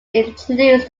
introduced